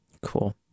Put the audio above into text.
Cool